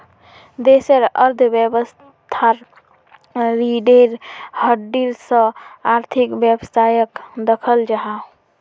देशेर अर्थवैवास्थार रिढ़ेर हड्डीर सा आर्थिक वैवास्थाक दख़ल जाहा